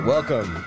Welcome